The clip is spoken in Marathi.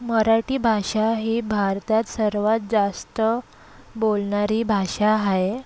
मराठी भाषा ही भारतात सर्वात जास्त बोलणारी भाषा आहे